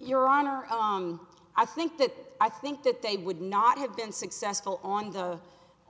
your honor i think that i think that they would not have been successful on the